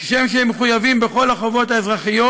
כשם שהם מחויבים בכל החובות האזרחיות,